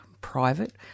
private –